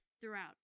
throughout